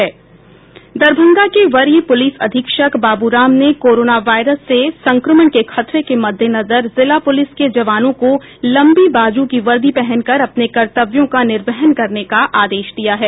दरभंगा के वरीय पुलिस अधीक्षक बाबू राम ने कोरोना वायरस से संक्रमण के खतरे के मद्देनजर जिला पुलिस के जवानों को लंबी बाजू की वर्दी पहनकर अपने कर्तव्यों का निर्वहन करने का निर्देश दिया है